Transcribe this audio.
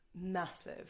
massive